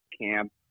Camp